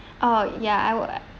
oh ya I would um